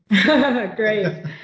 Great